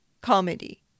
Comedy